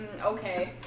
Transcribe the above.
okay